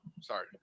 Sorry